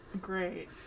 great